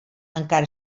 encara